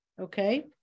okay